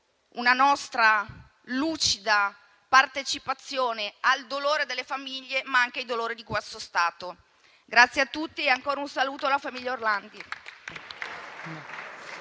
una nostra lucida partecipazione al dolore delle famiglie, ma anche al dolore di questo Stato. Grazie a tutti e ancora un saluto alla famiglia Orlandi.